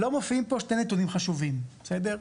לא מופיעים שני נתונים חשובים, בסדר?